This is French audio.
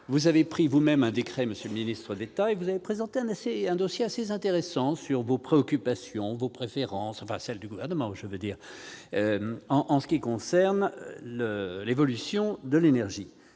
Vous avez pris vous-même un décret, monsieur le ministre d'État, et vous avez présenté un dossier assez intéressant sur les préoccupations et les préférences du Gouvernement en ce qui concerne l'évolution de l'énergie.